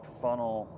funnel